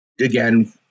again